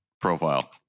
profile